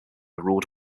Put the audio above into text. ruled